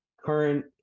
current